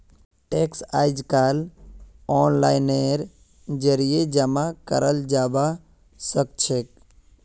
tax अइजकाल ओनलाइनेर जरिए जमा कराल जबा सखछेक